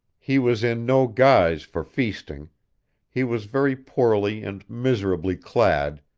he was in no guise for feasting he was very poorly and miserably clad,